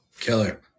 Killer